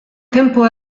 tempo